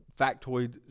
factoid